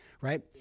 Right